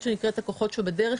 התוכנית שנקראת הכוחות שבדרך,